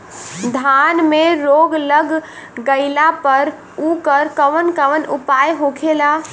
धान में रोग लग गईला पर उकर कवन कवन उपाय होखेला?